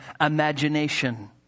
imagination